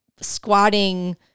squatting